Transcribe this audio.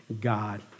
God